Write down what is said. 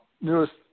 newest